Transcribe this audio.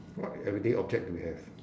what everyday object do we have